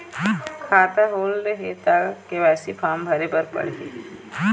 खाता होल्ड हे ता के.वाई.सी फार्म भरे भरे बर पड़ही?